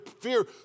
fear